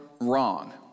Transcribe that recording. wrong